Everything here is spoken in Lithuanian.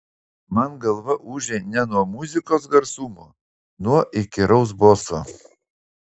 man galva ūžė ne nuo muzikos garsumo nuo įkyraus boso